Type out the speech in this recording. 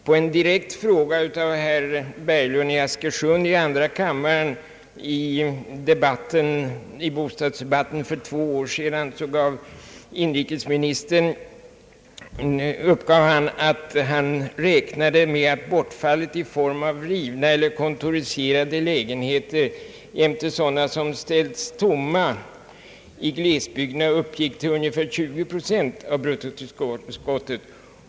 På en direkt fråga av herr Berglund i Askersund i andra kammarens bostadsdebatt för två år sedan uppgav inrikesministern, att han räknade med att bortfallet i form av rivna eller kontoriserade lägenheter jämte sådana som ställts tomma i glesbygderna uppgick till ungefär 20 procent av bruttotillskottet.